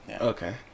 Okay